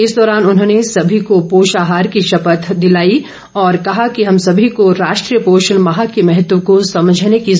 इस दौरान उन्होंने सभी को पोषाहार की शपथ दिलाई और कहा कि हम सभी को राष्ट्रीय पोषण माह के महत्व को समझने की जरूरत है